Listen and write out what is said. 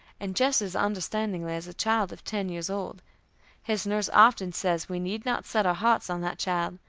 and just as understandingly as a child of ten years old his nurse often says we need not set our hearts on that child,